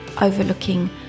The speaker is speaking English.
overlooking